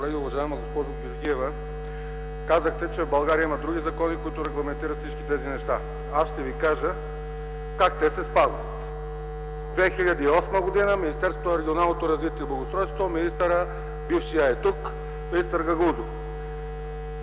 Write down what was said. колеги! Уважаема госпожо Георгиева, казахте, че в България има други закони, които регламентират всички тези неща. Аз ще Ви кажа как те се спазват. През 2008 г. Министерството на регионалното развитие и благоустройството, бившият министър е тук – министър Гагаузов,